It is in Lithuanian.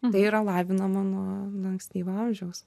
tai yra lavinama nuo nuo ankstyvo amžiaus